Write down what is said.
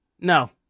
No